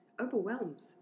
overwhelms